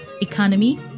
economy